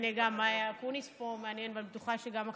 הינה, גם אקוניס פה, ואני בטוחה שגם אחרים.